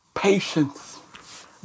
patience